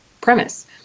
premise